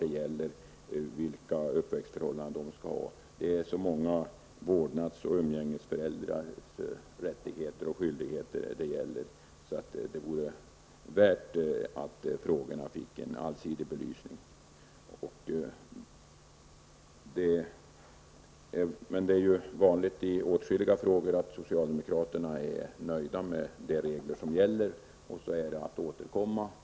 Det gäller vilka uppväxtförhållanden många barn skall ha och vilka rättigheter resp. skyldigheter många vårdnadshavare och umgängesrättshavare skall ha. Därför vore det värdefullt om dessa frågor fick en allsidig belysning. Som i så många andra frågor är socialdemokraterna nöjda med de regler som gäller. Det är bara att återkomma.